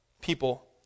people